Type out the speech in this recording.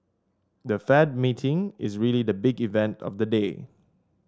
the Fed meeting is really the big event of the day